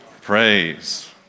praise